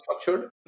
structured